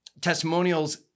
testimonials